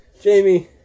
Jamie